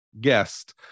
guest